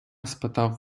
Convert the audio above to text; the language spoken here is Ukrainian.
спитав